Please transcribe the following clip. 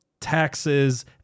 taxes